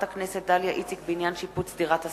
הכנסת דליה איציק בעניין שיפוץ דירת השרד.